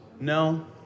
No